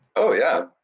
oh, yeah.